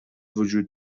وجود